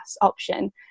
option